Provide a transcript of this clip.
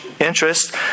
interest